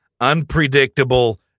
unpredictable